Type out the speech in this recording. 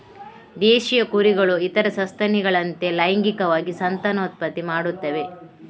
ದೇಶೀಯ ಕುರಿಗಳು ಇತರ ಸಸ್ತನಿಗಳಂತೆ ಲೈಂಗಿಕವಾಗಿ ಸಂತಾನೋತ್ಪತ್ತಿ ಮಾಡುತ್ತವೆ